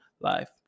life